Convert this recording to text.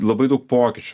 labai daug pokyčių